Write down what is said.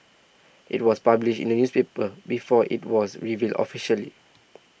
it was published in the newspaper before it was revealed officially